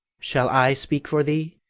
shall i speak for thee?